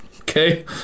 Okay